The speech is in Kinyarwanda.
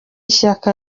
shyaka